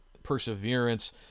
Perseverance